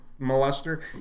molester